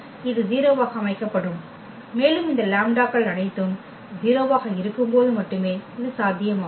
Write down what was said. இது 0 ஆக அமைக்கப்படும் மேலும் இந்த லாம்ப்டாக்கள் அனைத்தும் 0 ஆக இருக்கும்போது மட்டுமே இது சாத்தியமாகும்